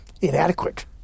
inadequate